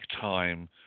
time